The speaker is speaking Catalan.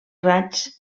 raigs